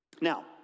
Now